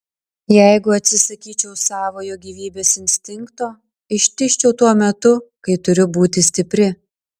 jeigu atsisakyčiau savojo gyvybės instinkto ištižčiau tuo metu kai turiu būti stipri